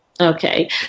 Okay